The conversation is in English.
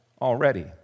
already